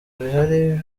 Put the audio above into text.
bihari